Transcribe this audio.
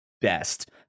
best